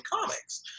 comics